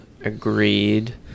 agreed